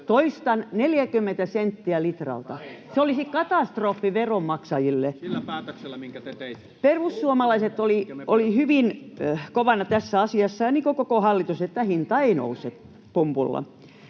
teitte! — Miko Bergbom: Keskustan päätöksellä!] Perussuomalaiset olivat hyvin kovana tässä asiassa, niin kuin koko hallitus, että hinta ei nouse pumpulla.